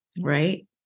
right